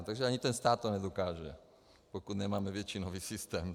Takže ani ten stát to nedokáže, pokud nemáme většinový systém.